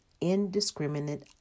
indiscriminate